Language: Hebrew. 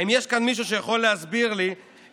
האם יש כאן מישהו שיכול להסביר לי איך